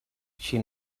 she